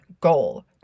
goal